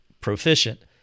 proficient